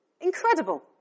Incredible